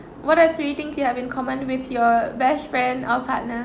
what are three things you have in common with your best friend or partner